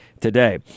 today